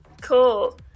Cool